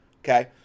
Okay